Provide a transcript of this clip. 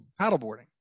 paddleboarding